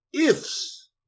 ifs